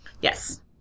Yes